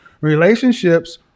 relationships